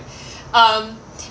um